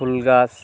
ফুল গাছ